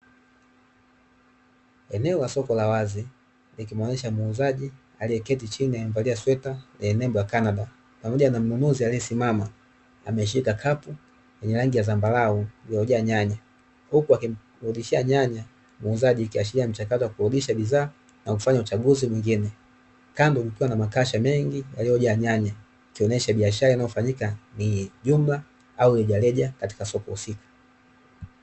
Eneo la soko la wazi likimuonyesha muuzaji alieketi chini amevalia sweta yenye nembo ya Canada, pamoja na mnunuzi aliyesimama ameshika kapu lenye rangi ya zambarau iliyojaa nyanya. Huku akimrudishia nyanya muuzaji kuashiria mchakato wa kurudisha bidhaa na kufanya uchaguzi mwingine. Kando kukiwa na makasha mengi yaliyojaa nyanya, ikionyesha biashara inayofanyika ni jumla au rejareja katika soko husika .